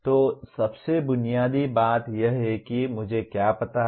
तो सबसे बुनियादी बात यह है कि मुझे क्या पता है